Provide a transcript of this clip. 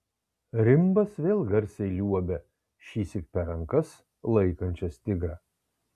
rimbas vėl garsiai liuobia šįsyk per rankas laikančias tigrą